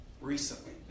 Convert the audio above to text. recently